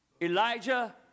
Elijah